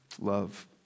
Love